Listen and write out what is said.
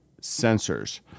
sensors